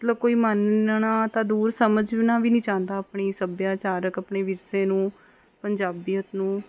ਮਤਲਬ ਕੋਈ ਮੰਨਣਾ ਤਾਂ ਦੂਰ ਸਮਝਣਾ ਵੀ ਨਹੀਂ ਚਾਹੁੰਦਾ ਆਪਣੀ ਸੱਭਿਆਚਾਰਕ ਆਪਣੇ ਵਿਰਸੇ ਨੂੰ ਪੰਜਾਬੀਅਤ ਨੂੰ